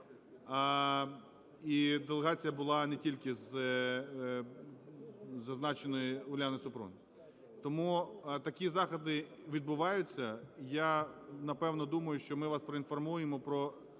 І делегація була не тільки з зазначеною Уляною Супрун. Тому такі заходи відбуваються. Я, напевно, думаю, що ми вас проінформуємо про